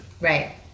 Right